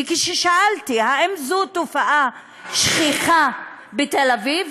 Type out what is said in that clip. וכששאלתי אם זו תופעה שכיחה בתל-אביב,